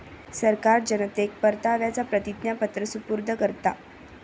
सरकार जनतेक परताव्याचा प्रतिज्ञापत्र सुपूर्द करता